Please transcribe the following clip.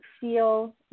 feel